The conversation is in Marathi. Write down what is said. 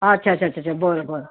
अच्छा अच्छा अच्छा अच्छा बरं बरं